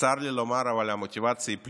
צר לי לומר, המוטיבציה היא פלילית,